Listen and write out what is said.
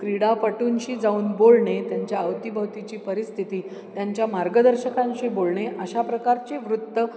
क्रीडापटूंशी जाऊन बोलणे त्यांच्या अवतीभवतीची परिस्थिती त्यांच्या मार्गदर्शकांशी बोलणे अशा प्रकारचे वृत्त